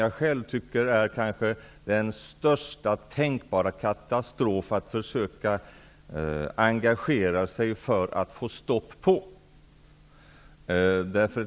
Jag tycker själv att den är den största tänkbara katastrofen, och vi måste försöka engagera oss för att få stopp på den.